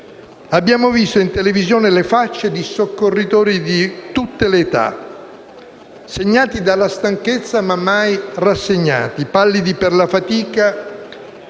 Abbiamo visto in televisione le facce di soccorritori di tutte le età, segnati dalla stanchezza ma mai rassegnati, pallidi per la fatica;